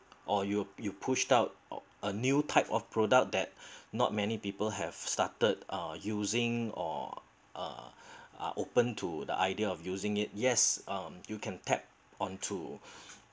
or you you pushed out of a new type of product that not many people have started uh using or uh are open to the idea of using it yes um you can tap onto